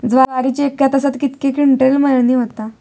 ज्वारीची एका तासात कितके क्विंटल मळणी होता?